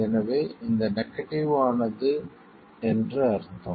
எனவே இது நெகடிவ் ஆனது என்று அர்த்தம்